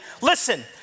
listen